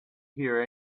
here